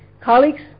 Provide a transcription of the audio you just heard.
Colleagues